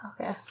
okay